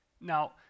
Now